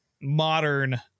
modern